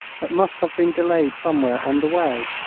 but must have been delayed somewhere on the way.